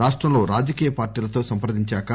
రాష్టంలో రాజకీయ పార్టీలతో సంప్రదించాక